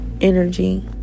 energy